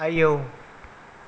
आयौ